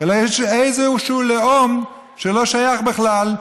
אלא יש איזשהו לאום שלא שייך בכלל.